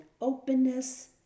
openness